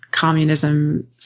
communism